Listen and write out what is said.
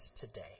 today